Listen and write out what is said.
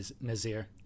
Nazir